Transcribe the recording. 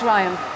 Ryan